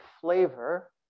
flavor